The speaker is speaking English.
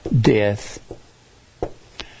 death